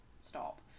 stop